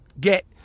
get